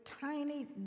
tiny